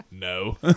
No